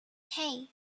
hey